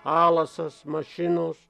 alasas mašinos